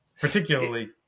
Particularly